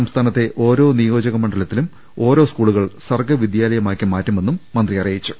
സംസ്ഥാനത്തെ ഓരോ നിയോജക മണ്ഡലങ്ങളിലും ഓരോ സ്കൂളുകൾ സർഗവിദ്യാലയമാക്കി മാറ്റു മെന്ന് മന്ത്രി അറിയിച്ചു